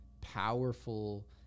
powerful